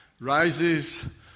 Rises